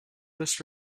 this